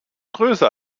größer